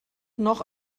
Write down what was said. noch